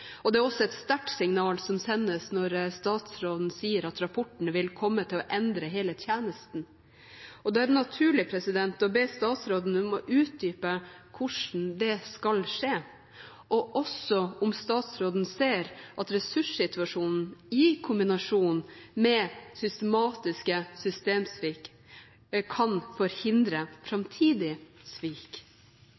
Det er også et sterkt signal som sendes når statsråden sier at rapporten vil komme til å endre hele tjenesten. Da er det naturlig å be statsråden om å utdype hvordan det skal skje, og også spørre om statsråden ser at ressurssituasjonen, i kombinasjon med systematiske systemsvikt, kan forhindre